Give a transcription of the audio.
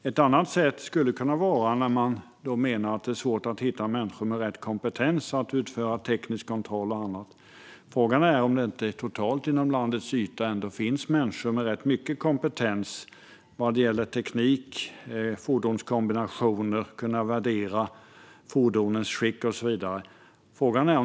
Man menar också att det är svårt att hitta människor med rätt kompetens att utföra teknisk kontroll och annat. Frågan är om det inte totalt i landet ändå finns människor med rätt mycket kompetens vad gäller teknik, fordonskombinationer, fordonsskick och så vidare.